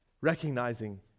Recognizing